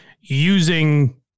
using